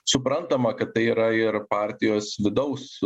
suprantama kad tai yra ir partijos vidaus